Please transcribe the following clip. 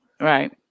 Right